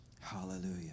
Hallelujah